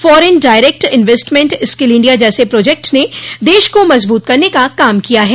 foreign direct investment skill India जैसे project ने देश को मजबूत करने का काम किया है